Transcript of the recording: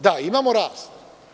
Da imamo rast.